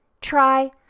try